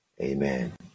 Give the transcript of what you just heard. Amen